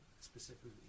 specifically